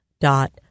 dot